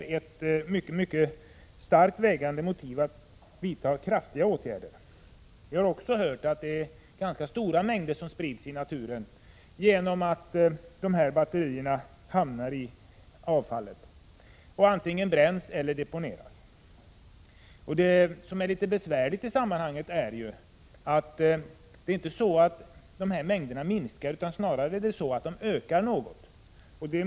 Det är ett mycket starkt motiv för att vidta kraftiga åtgärder. Vi har också hört att det är ganska stora mängder som sprids i naturen genom att batterierna hamnar i avfallet och antingen bränns eller deponeras. Det som är litet besvärligt i sammanhanget är ju att mängderna inte minskar utan snarare ökar något.